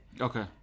Okay